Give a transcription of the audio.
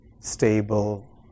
stable